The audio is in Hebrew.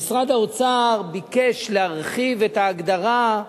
משרד האוצר ביקש להרחיב את ההגדרה,